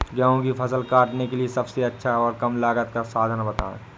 गेहूँ की फसल काटने के लिए सबसे अच्छा और कम लागत का साधन बताएं?